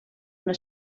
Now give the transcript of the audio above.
una